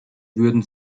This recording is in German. würden